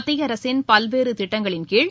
மத்திய அரசின் பல்வேறு திட்டங்களின் கீழ்